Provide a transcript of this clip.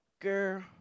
girl